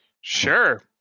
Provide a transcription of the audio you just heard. Sure